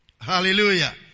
Hallelujah